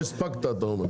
לא הספקת אתה אומר.